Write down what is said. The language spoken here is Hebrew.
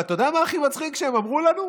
אבל אתה יודע מה הכי מצחיק שהם אמרו לנו?